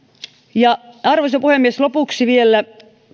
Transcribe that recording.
arvoisa puhemies lopuksi vielä